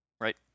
Right